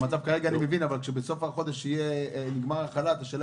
אני מבין את המצב כרגע אבל כשבסוף החודש יסתיים החל"ת השאלה